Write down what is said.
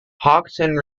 haughton